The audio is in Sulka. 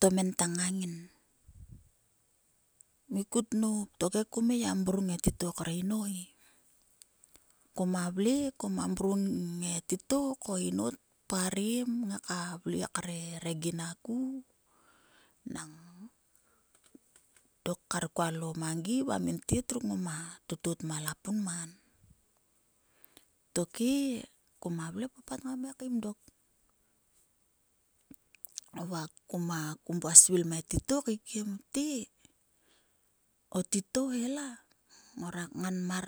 Tomen tang nga ngin. Mikut nop tokhe kuma mrung e titou kre inoue. Kuma vle kuma mrung e titou ko e inou tparem kngai ka vle kre regina ku. Nnang dok kar kualo mangi va ngin tet ngoma totot ma lapunman. Tokhe kuma vle o papat ngam ngai kaim dok va kum vua svill mng e titou kaekiem te, o titou he ola ngorak ngan mar